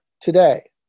today